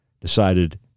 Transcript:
decided